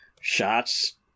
shots